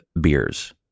beers